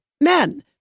men